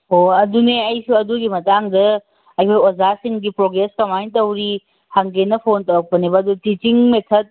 ꯑꯣ ꯑꯗꯨꯅꯦ ꯑꯩꯁꯨ ꯑꯗꯨꯒꯤ ꯃꯇꯥꯡꯗ ꯑꯩꯒꯤ ꯑꯣꯖꯥꯁꯤꯡꯒꯤ ꯄ꯭ꯔꯣꯒ꯭ꯔꯦꯁ ꯀꯃꯥꯏꯅ ꯇꯧꯔꯤ ꯍꯪꯒꯦꯅ ꯐꯣꯟ ꯇꯧꯔꯛꯄꯅꯦꯕ ꯑꯗꯨ ꯇꯤꯆꯤꯡ ꯃꯦꯊꯠ